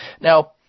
Now